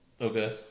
Okay